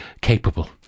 capable